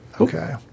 Okay